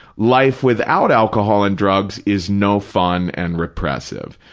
life without alcohol and drugs is no fun and repressive.